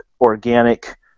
organic